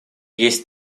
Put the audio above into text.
есть